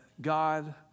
God